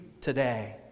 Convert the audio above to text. today